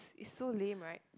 it's so lame right